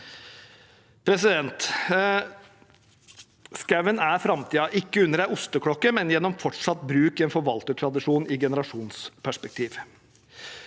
sprøytemidler. Skogen er framtiden – ikke under en osteklokke, men gjennom fortsatt bruk i en forvaltertradisjon i et generasjonsperspektiv.